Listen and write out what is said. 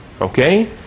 Okay